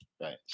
right